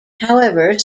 however